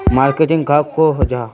Marketing कहाक को जाहा?